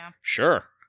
Sure